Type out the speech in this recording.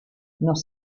nos